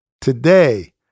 today